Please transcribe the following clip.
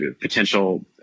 potential